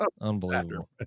Unbelievable